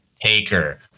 taker